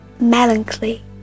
melancholy